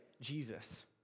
Jesus